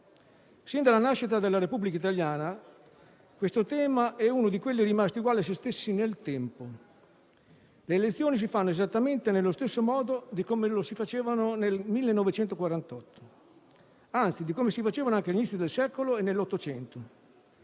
Sin dalla nascita della Repubblica italiana questo tema è uno di quelli rimasti uguali a se stessi nel tempo. Infatti, le elezioni si svolgono esattamente nello stesso modo di come si facevano nel 1948 e - anzi - di come si tenevano all'inizio del secolo e nell'Ottocento.